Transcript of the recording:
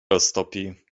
roztopi